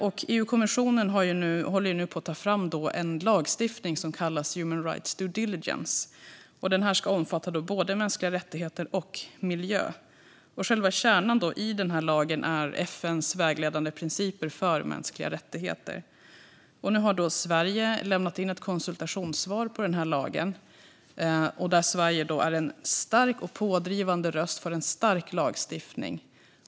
EU-kommissionen håller nu på att ta fram en lagstiftning som kallas human rights due diligence. Den ska omfatta både mänskliga rättigheter och miljö. Själva kärnan i denna lag är FN:s vägledande principer för mänskliga rättigheter. Sverige har nu lämnat in ett konsultationssvar på denna lag. Sverige är en stark och pådrivande röst för en stark lagstiftning.